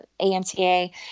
AMTA